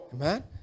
Amen